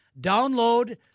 Download